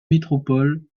métropoles